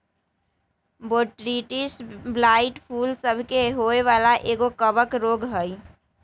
Botrytis blight फूल सभ के होय वला एगो कवक रोग हइ